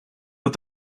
but